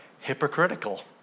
hypocritical